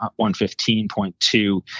115.2